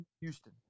Houston